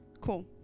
cool